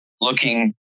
looking